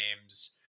names